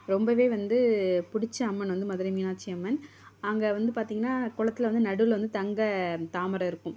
ரொம்பவே வந்து பிடிச்ச அம்மன் வந்து மதுரை மீனாட்சி அம்மன் அங்கே வந்து பார்த்தீங்கன்னா குளத்துல வந்து நடுவில் வந்து தங்க தாமரை இருக்கும்